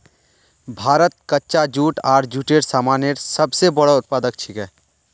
भारत कच्चा जूट आर जूटेर सामानेर सब स बोरो उत्पादक छिके